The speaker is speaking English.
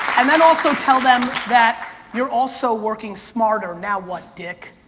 and then also tell them that you're also working smarter now what, dick?